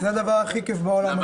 זה הדבר הכי כיף בעולם,